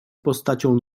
postacią